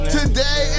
Today